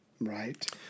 Right